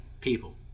people